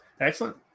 excellent